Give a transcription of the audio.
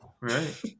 Right